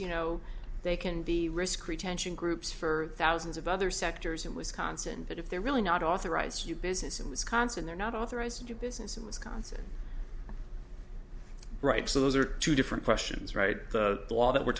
you know they can be risk retention groups for thousands of other sectors in wisconsin but if they're really not authorize you business in wisconsin they're not authorized to do business in wisconsin right so those are two different questions right the law that we're